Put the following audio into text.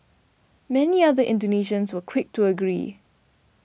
many other Indonesians were quick to agree